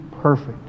perfect